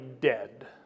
dead